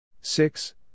Six